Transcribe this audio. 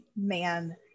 man